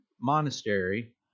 monastery